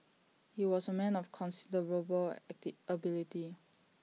he was A man of considerable ability